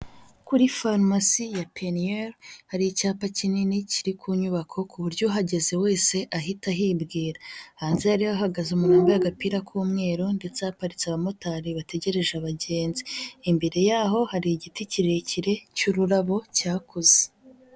Kuri farumasi ya Peniel hari icyapa kinini kiri ku nyubako ku buryo uhageze wese ahita ahibwira. Hanze hari hahagaze umuntu wambaye agapira k'umweru ndetse haparitse abamotari bategereje abagenzi. Imbere yaho hari igiti kirekire cy'ururabo cyakuze.